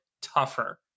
tougher